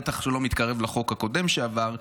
בטח שהוא לא מתקרב לחוק הקודם שעבר,